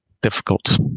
difficult